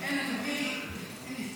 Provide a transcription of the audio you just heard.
נותרתי בלי כלום, כיסים